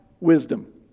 wisdom